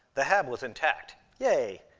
the hab was intact. yay!